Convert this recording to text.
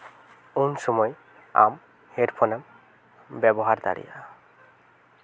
ᱩᱱ ᱥᱚᱢᱚᱭ ᱟᱢ ᱦᱮᱹᱰᱯᱷᱳᱱᱮᱢ ᱵᱮᱵᱚᱦᱟᱨ ᱫᱟᱲᱮᱭᱟᱜᱼᱟ